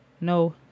No